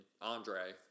Andre